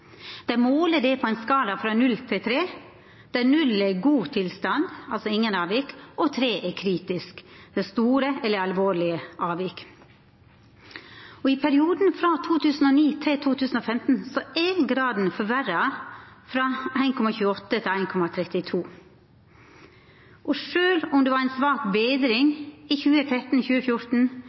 måler det på ein skala frå 0 til 3, der 0 er god tilstand, altså inga avvik, og 3 er kritisk, med store eller alvorlege avvik. I perioden 2009–2015 er tilstandsgraden forverra frå 1,28 til 1,32. Sjølv om det var ei svak betring i 2013–2014, inneber det ein reduksjon i gjennomsnittleg tilstandsgrad på vel 3 pst. Med ein